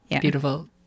Beautiful